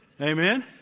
Amen